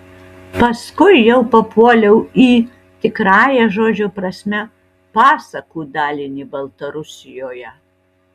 paskui jau papuoliau į tikrąja žodžio prasme pasakų dalinį baltarusijoje